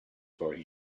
for